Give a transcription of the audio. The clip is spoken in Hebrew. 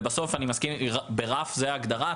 ובסוף, אני מסכים, ברף זו ההגדרה.